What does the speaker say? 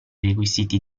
requisiti